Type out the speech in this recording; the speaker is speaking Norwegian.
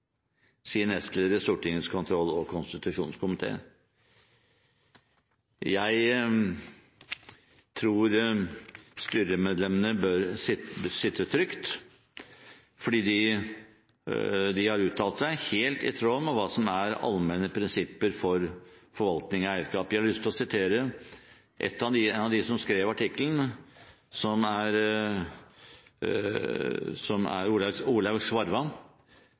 sin kronikk enn det stortingsflertallet mener, sier nestleder i stortingets kontroll- og konstitusjonskomité.» Jeg tror styremedlemmene bør sitte trygt, fordi de har uttalt seg helt i tråd med hva som er allmenne prinsipper for forvaltning av eierskap. Jeg har lyst til å sitere en av dem som skrev artikkelen, Olaug Svarva, som er leder for Folketrygdfondet, også kalt Statens pensjonsfond Norge, som